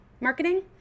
marketing